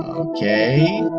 okay.